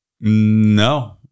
No